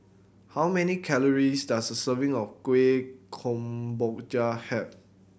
how many calories does a serving of Kueh Kemboja have